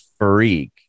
freak